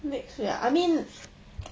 next week ah I mean